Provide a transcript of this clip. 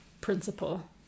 principle